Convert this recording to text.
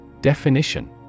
Definition